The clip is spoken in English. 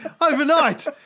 Overnight